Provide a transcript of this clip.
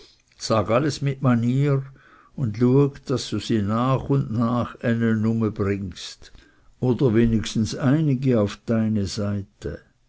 sag alles mit manier und lueg daß du sie nach und nach äne ume bringest oder wenigstens einige auf deine seite